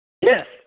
Yes